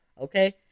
okay